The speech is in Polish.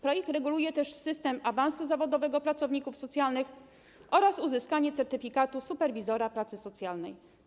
Projekt reguluje też system awansu zawodowego pracowników socjalnych oraz uzyskanie certyfikatu superwizora pracy socjalnej.